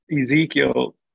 Ezekiel